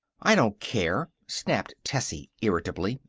i don't care, snapped tessie irritably.